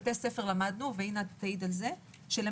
אינה תעיד שיש בתי ספר,